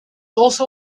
also